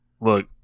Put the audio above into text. Look